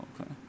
okay